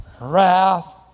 wrath